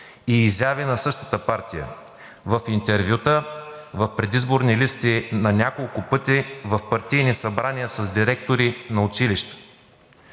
и изяви на същата партия – в интервюта, в предизборни листи, на няколко пъти в партийни събрания с директори на училища.